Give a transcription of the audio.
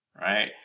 Right